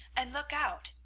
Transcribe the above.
and look out.